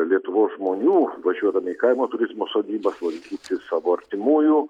lietuvos žmonių važiuodami į kaimo turizmo sodybas lankyti savo artimųjų